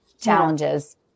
challenges